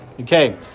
okay